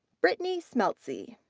brittany smeltzley.